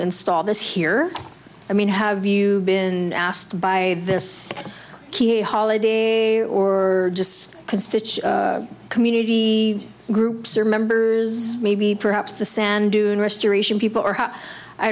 install this here i mean have you been asked by this key holiday or just can stitch community groups or members maybe perhaps the sand dune restoration people are